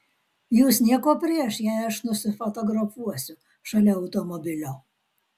jus nieko prieš jei aš nusifotografuosiu šalia automobilio